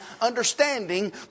understanding